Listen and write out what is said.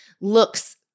looks